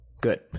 Good